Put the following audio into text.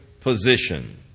position